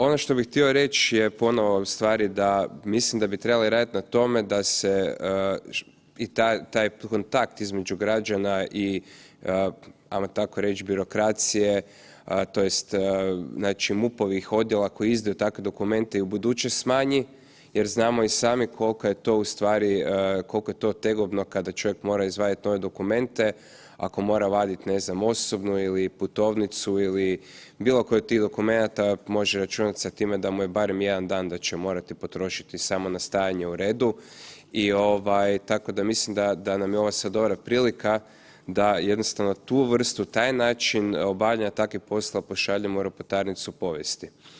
Ono što bih htio reći je ponovo ustvari da mislim da bi trebali raditi na tome da se i taj kontakt između građana i, hajmo tako reći, birokracije, tj. znači MUP-ovih odjela koji izdaju takve dokumente i ubuduće smanji jer znamo i sami kolika je to ustvari, koliko je to tegovno kada čovjek mora izvaditi nove dokumente, ako mora vaditi, ne znam, osobnu ili putovnicu ili bilo koji od tih dokumenata, može računati sa time da mu je barem jedan dan da će morati potrošiti samo na stajanje u redu i tako da mislim da nam je ovo sad dobra prilika da jednostavno tu vrstu, taj način obavljanja takvih poslova pošaljemo u ropotarnicu povijesti.